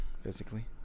Physically